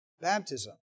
baptism